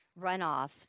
runoff